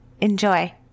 Enjoy